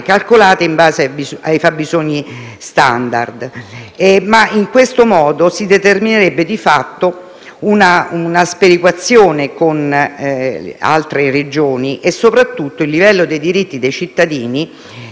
calcolate in base ai fabbisogni *standard*. In questo modo si determinerebbe di fatto una sperequazione con altre Regioni e, soprattutto, il livello dei diritti dei cittadini